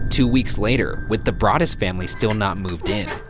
two weeks later, with the broaddus family still not moved in,